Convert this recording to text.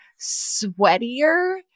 sweatier